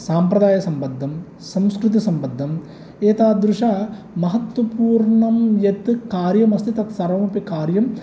साम्प्रदायसम्बद्धं संस्कृतसम्बद्धम् एतादृशमहत्त्वपूर्णं यत् कार्यम् अस्ति तत् सर्वमपि कार्यं